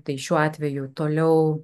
tai šiuo atveju toliau